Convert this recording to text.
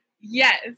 yes